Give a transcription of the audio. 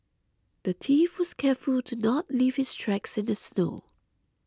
the thief was careful to not leave his tracks in the snow